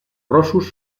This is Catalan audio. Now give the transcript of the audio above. rossos